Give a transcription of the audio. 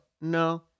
No